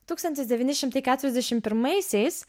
tūkstantis devyni šimtai keturiasdešim pirmaisiais